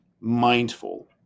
mindful